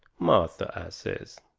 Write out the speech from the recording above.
martha, i says,